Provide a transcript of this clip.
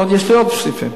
יש לי עוד סעיפים,